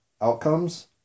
outcomes